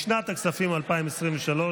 לשנת הכספים 2023,